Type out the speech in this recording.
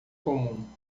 comum